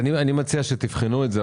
אני מציע שתבחנו את זה,